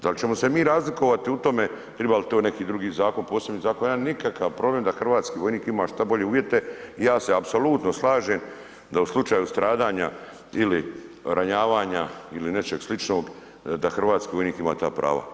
Da li ćemo se mi razlikovati u tome treba li to neki drugi zakon, posebni zakon, ja nikakav problem da hrvatski vojnik ima što bolje uvjete i ja se apsolutno slažem da u slučaju stradanja ili ranjavanja ili nečeg sličnog, da hrvatski vojnik ima ta prava.